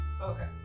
Okay